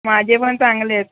माझे पण चांगले आहेत